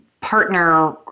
partner